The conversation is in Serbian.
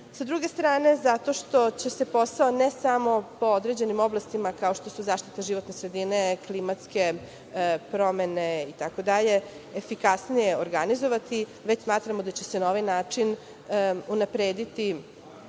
Sa druge strane, zato što će se posao, ne samo po određenim oblastima kao što su zaštita životne sredine, klimatske promene itd. efikasnije organizovati, već smatramo da će se na ovaj način unaprediti